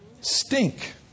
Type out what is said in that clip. Stink